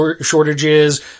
shortages